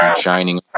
shining